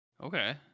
Okay